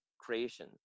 creation